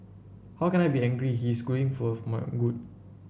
how can I be angry he is going for my good